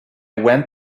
went